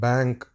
Bank